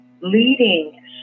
leading